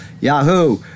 Yahoo